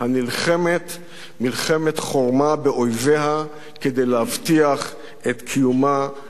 מלחמת חורמה באויביה כדי להבטיח את קיומה לנצח נצחים.